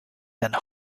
than